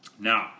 now